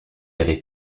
avait